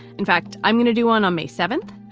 in fact, i'm going to do one on may seventh.